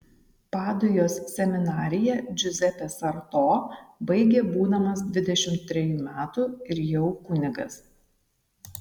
padujos seminariją džiuzepė sarto baigė būdamas dvidešimt trejų metų ir jau kunigas